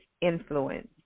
influence